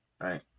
right